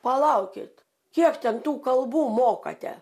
palaukit kiek ten tų kalbų mokate